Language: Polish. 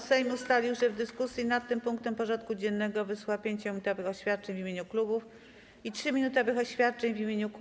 Sejm ustalił, że w dyskusji nad tym punktem porządku dziennego wysłucha 5-minutowych oświadczeń w imieniu klubów i 3-minutowych oświadczeń w imieniu kół.